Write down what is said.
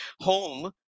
home